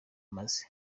maze